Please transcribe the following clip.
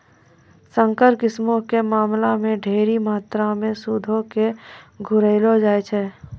संकर किस्मो के मामला मे ढेरी मात्रामे सूदो के घुरैलो जाय छै